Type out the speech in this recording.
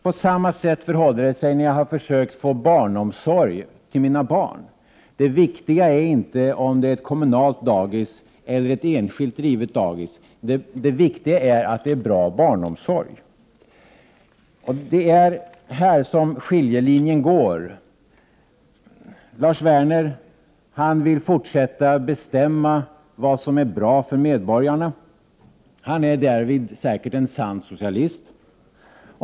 På samma sätt förhåller det sig när jag har försökt få barnomsorg till mina barn. Det viktiga är inte om det är ett kommunalt dagis eller ett enskilt drivet dagis, utan att det är en bra barnomsorg. Det är här skiljelinjen går. Lars Werner vill fortsätta att bestämma vad som är bra för medborgarna. Han är därvid säkert en sann socialist.